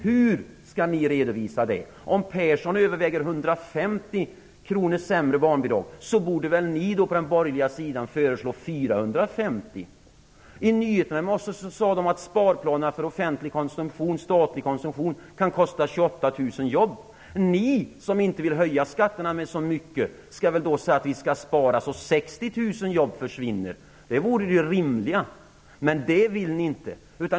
Hur skall ni redovisa det? Om Persson överväger en barnbidragsminskning på 150 kr borde ni på den borgerliga sidan föreslå 450. I nyheterna i morse sade man att sparplanerna för offentlig konsumtion - statlig konsumtion - kan kosta 28 000 jobb. Ni som inte vill höja skatterna så mycket skall väl då spara så att 60 000 jobb försvinner. Det vore det rimliga. Men det vill ni inte.